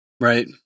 Right